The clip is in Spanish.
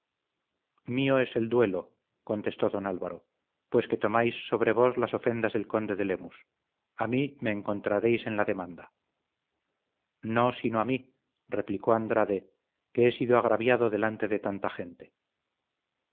mío es el duelo contestó don álvaro pues que tomáis sobre vos las ofensas del conde de lemus a mí me encontraréis en la demanda no sino a mí replicó andrade que he sido agraviado delante de tanta gente